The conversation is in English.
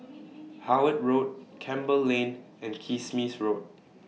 Howard Road Campbell Lane and Kismis Road